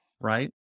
right